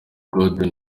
gordon